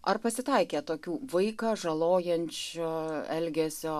ar pasitaikė tokių vaiką žalojančio elgesio